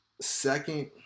second